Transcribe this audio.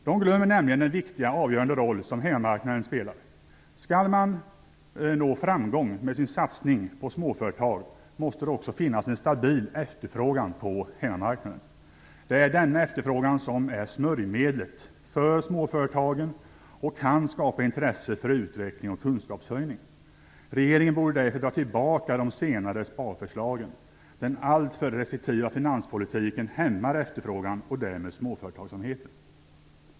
De glömmer nämligen den viktiga och avgörande roll som hemmamarknaden spelar. Skall man nå framgång med sin satsning på småföretag måste det också finnas en stabil efterfrågan på hemmamarknaden. Det är denna efterfrågan som är smörjmedlet för småföretagen. Den kan skapa intresse för utveckling och kunskapshöjning. Regeringen borde därför dra tillbaka de senaste sparförslagen. Den alltför restriktiva finanspolitiken hämmar efterfrågan, och därmed småföretagsamheten.